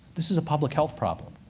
this is a public health problem.